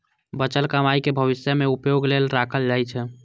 बचल कमाइ कें भविष्य मे उपयोग लेल राखल जाइ छै